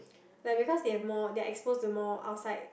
like because they have more they're exposed to more outside